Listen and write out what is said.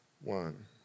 one